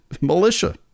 militia